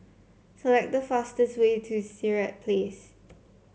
select the fastest way to Sirat Place